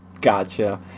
Gotcha